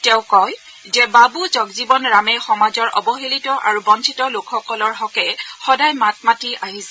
তেওঁ কয় যে বাবু জগজীৱন ৰামে সমাজৰ অৱহেলিত আৰু বঞ্চিত লোকসকলৰ হকে সদায় মাত মাতি আহিছিল